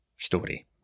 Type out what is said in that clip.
story